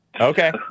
Okay